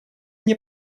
мне